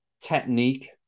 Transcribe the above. technique